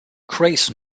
grace